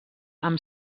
amb